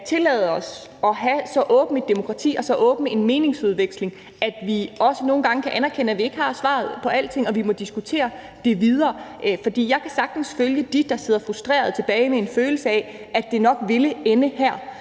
tillade os at have så åbent et demokrati og så åben en meningsudveksling, at vi også nogle gange kan anerkende, at vi ikke har svaret på alting, og at vi må diskutere det videre. For jeg kan sagtens følge dem, der sidder frustrerede tilbage med en følelse af, at det nok ville ende her,